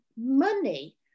money